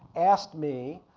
asked me